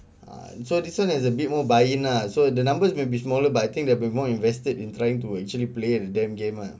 ah so this one is a bit more lah so the numbers may be smaller but I think they'll be more invested in trying to actually play in the damn game lah